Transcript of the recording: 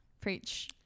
preach